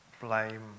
blame